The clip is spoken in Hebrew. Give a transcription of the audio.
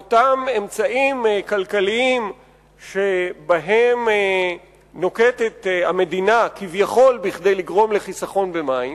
לאותם אמצעים כלכליים שהמדינה נוקטת כביכול כדי לגרום לחיסכון במים